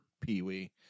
Pee-Wee